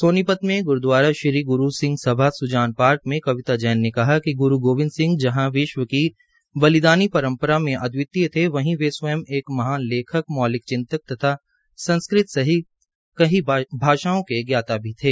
सोनीपत में ग्रदवारा श्री ग्रू सिंह सभा सुजान पार्क में कविता जैन ने कहा कि ग्रू गोबिंद सिंह जहां विश्व की बलिदानी परम्परा में अद्वितीय थे वहीं वे स्वयं एक महान लेखक मौलिक चिंतक तथा संस्कृत सहित कई भाषाओं के जाता भी थे